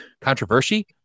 Controversy